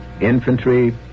Infantry